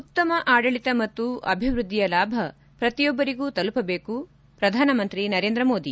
ಉತ್ತಮ ಆಡಳಿತ ಮತ್ತು ಅಭಿವೃದ್ಧಿಯ ಲಾಭ ಪ್ರತಿಯೊಬ್ಬರಿಗೂ ತಲುಪ ಬೇಕು ಪ್ರಧಾನಮಂತ್ರಿ ನರೇಂದ್ರ ಮೋದಿ